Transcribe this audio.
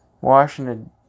Washington